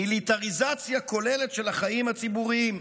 מיליטריזציה כוללת של החיים הציבוריים,